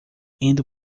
indo